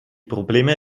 probleme